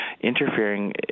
interfering